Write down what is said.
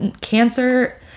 cancer